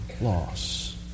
loss